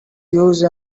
use